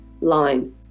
line